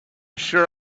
sure